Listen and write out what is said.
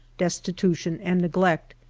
destitution, and neglect.